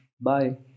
bye